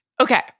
Okay